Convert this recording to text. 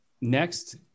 next